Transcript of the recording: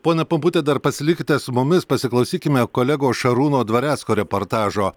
pone pumputi dar pasilikite su mumis pasiklausykime kolegos šarūno dvarecko reportažo